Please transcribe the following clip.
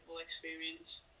experience